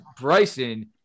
Bryson